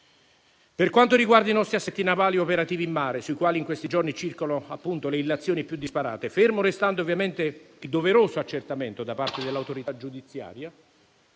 Per quanto riguarda i nostri assetti navali operativi in mare, sui quali in questi giorni circolano appunto le illazioni più disparate, fermo restando ovviamente il doveroso accertamento da parte dell'autorità giudiziaria,